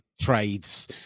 trades